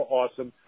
awesome